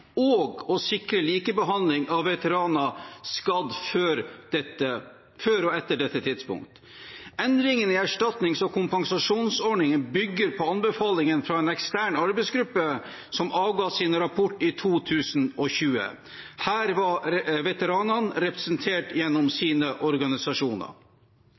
og å sikre likebehandling av veteraner skadd før og etter dette tidspunkt. Endringen i erstatnings- og kompensasjonsordningen bygger på anbefalingen fra en ekstern arbeidsgruppe som avga sin rapport i 2020. Her var veteranene representert gjennom sine organisasjoner.